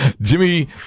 Jimmy